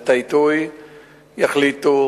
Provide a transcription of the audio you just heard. על העיתוי יחליטו